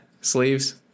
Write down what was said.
sleeves